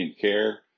care